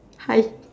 hi